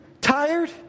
Tired